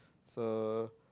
so